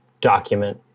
document